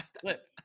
clip